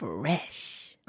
Fresh